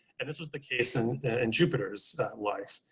and this was the case and in jupiter's life.